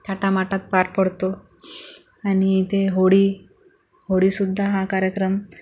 थाटमाटात पार पडतो आणि इथे होळी होळी सुद्धा हा कार्यक्रम